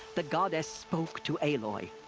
the goddess spoke to aloy.